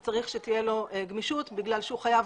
הוא צריך שתהיה לו גמישות כי הוא חייב